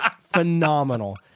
phenomenal